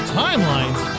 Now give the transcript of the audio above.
timelines